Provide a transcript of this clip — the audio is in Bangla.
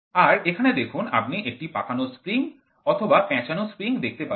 আর এখানে দেখুন আপনি একটি পাকানো স্প্রিং অথবা পেঁচানো স্প্রিং দেখতে পাবেন